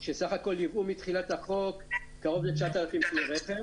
כשסך הכול ייבאו מתחילת החוק קרוב ל-9,000 כלי רכב.